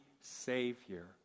Savior